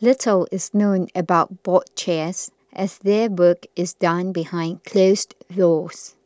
little is known about board chairs as their work is done behind closed doors